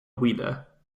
wheeler